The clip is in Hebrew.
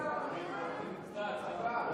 יש הצבעה או,